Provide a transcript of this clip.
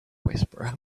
whisperer